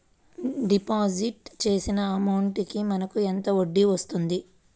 Deposit చేసిన amount కి మనకి ఎంత వడ్డీ వస్తుంది?